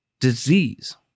disease